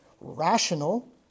rational